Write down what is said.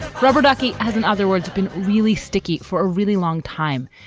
rubber ducky has, in other words, been really sticky for a really long time,